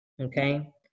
Okay